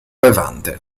levante